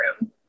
room